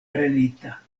prenita